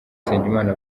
nsengimana